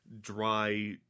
dry